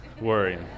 worrying